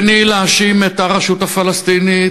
השני, להאשים את הרשות הפלסטינית,